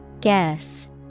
Guess